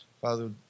Father